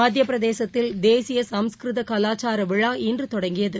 மத்தியப்பிரதேசத்தில் தேசிய சமஸ்கிருத கலாச்சார விழா இன்று தொடங்கியது